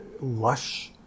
lush